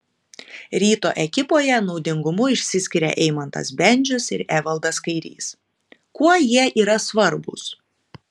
ryto ekipoje naudingumu išsiskiria eimantas bendžius ir evaldas kairys kuo jie yra svarbūs